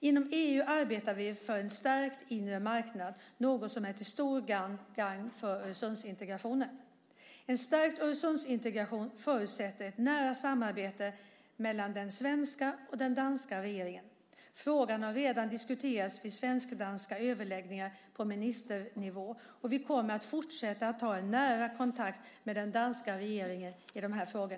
Inom EU arbetar vi för en stärkt inre marknad, något som är till stort gagn för Öresundsintegrationen. En stärkt Öresundsintegration förutsätter ett nära samarbete mellan den svenska och den danska regeringen. Frågan har redan diskuterats vid svensk-danska överläggningar på ministernivå, och vi kommer att fortsätta att ha nära kontakt med den danska regeringen i dessa frågor.